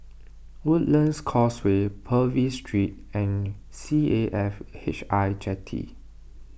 Woodlands Causeway Purvis Street and C A F H I Jetty